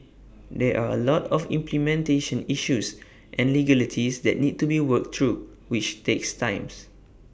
there are A lot of implementation issues and legalities that need to be worked through which takes times